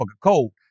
cold